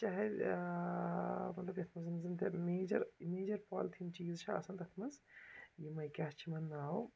چاہیے مطلب یَتھ منٛز زن تیٚلہِ میجر میجر پالتھیٖن چیٖز چھِ آسان تتھ منٛز یِمَے کیٛاہ چھُ یِمن ناو